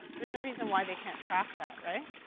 there's no reason why they can't track that, right?